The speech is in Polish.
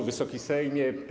Wysoki Sejmie!